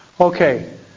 Okay